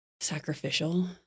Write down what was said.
sacrificial